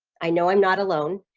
i know i'm not alone,